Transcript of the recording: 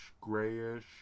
grayish